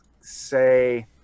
say